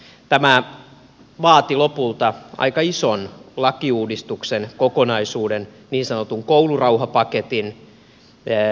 tämä vaati lopulta aika ison lakiuudistuksen kokonaisuuden niin sanotun koulurauhapaketin